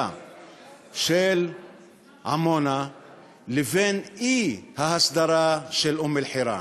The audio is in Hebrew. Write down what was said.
של עמונה לבין האי-הסדרה של אום-אלחיראן.